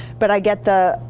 but i get the,